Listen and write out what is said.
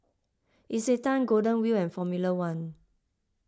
Isetan Golden Wheel and formula one